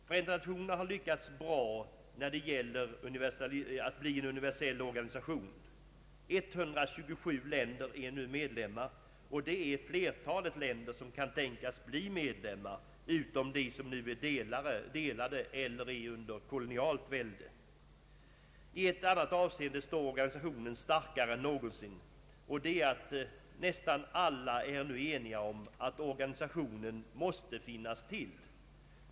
FN har lyckats bra när det gäller att bli en universell organisation. 127 länder är nu medlemmar, och det är flertalet länder som kan tänkas bli medlemmar utom dem som nu är delade eller är under kolonialt välde. I ett annat avseende står organisationen starkare än någonsin, och det är att nästan alla nu är eniga om att organisationen måste finnas till.